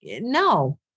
no